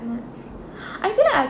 ence I feel like